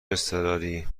اضطراری